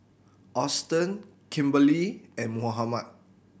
Austen Kimberley and Mohammed